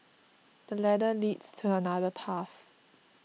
the ladder leads to another path